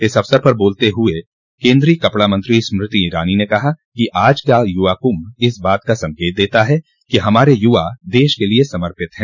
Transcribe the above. इस अवसर पर बोलते हुए केन्द्रीय कपड़ा मंत्री स्मृति ईरानी ने कहा कि आज का युवा कुम्भ इस बात का संकेत देता है कि हमारे युवा देश के लिए समर्पित है